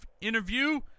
interview